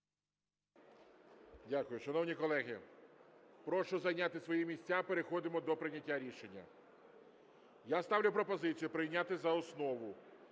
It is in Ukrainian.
Дякую. Шановні колеги, прошу зайняти свої місця, переходимо до прийняття рішення. Я ставлю пропозицію прийняти за основу